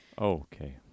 okay